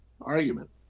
argument